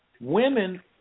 women